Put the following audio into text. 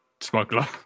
smuggler